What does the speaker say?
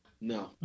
No